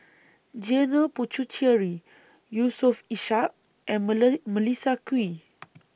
Janil Puthucheary Yusof Ishak and Melissa Kwee